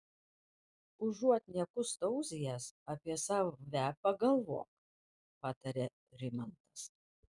užuot niekus tauzijęs apie save pagalvok patarė rimantas